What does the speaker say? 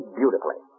beautifully